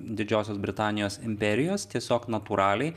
didžiosios britanijos imperijos tiesiog natūraliai